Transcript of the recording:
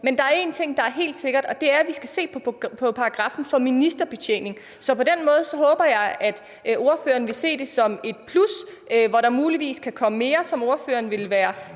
Men der er én ting, der er helt sikker, og det er, at vi skal se på paragraffen om ministerbetjening. Så på den måde håber jeg at ordføreren vil se det som et plus, hvor der muligvis kan komme mere, som ordføreren vil være